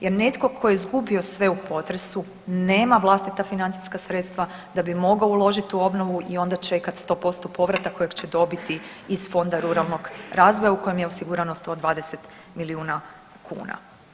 Jer netko tko je izgubio sve u potresu nema vlastita financijska sredstva da bi mogao uložiti u obnovu i onda čekati sto posto povratak koji će dobiti iz Fonda ruralnog razvoja u kojem je osigurano 120 milijuna kuna.